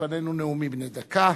העניינים נאומים בני דקה